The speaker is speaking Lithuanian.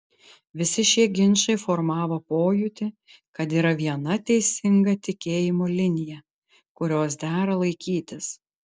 visi šie ginčai formavo pojūtį kad yra viena teisinga tikėjimo linija kurios dera laikytis